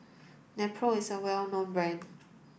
Nepro is a well known rand